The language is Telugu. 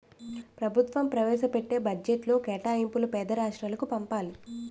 ప్రభుత్వం ప్రవేశపెట్టే బడ్జెట్లో కేటాయింపులను పేద రాష్ట్రాలకు పంచాలి